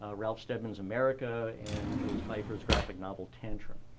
ah ralph steadman's, america and jules feiffer graphic novel, tantrum.